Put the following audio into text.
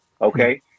Okay